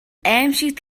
аймшигт